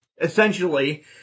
essentially